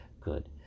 good